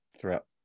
throughout